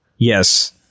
Yes